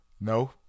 No